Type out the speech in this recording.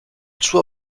suo